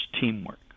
teamwork